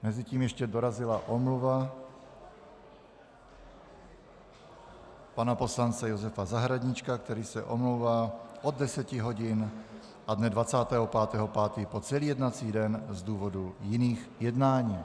Mezitím ještě dorazila omluva pana poslance Josefa Zahradníčka, který se omlouvá od 10 hodin a dne 25. 5. po celý jednací den z důvodu jiných jednání.